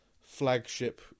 flagship